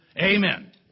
amen